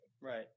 Right